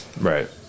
Right